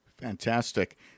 Fantastic